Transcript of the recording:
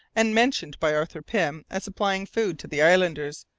and mentioned by arthur pym as supplying food to the islanders,